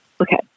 Okay